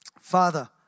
Father